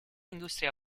industrie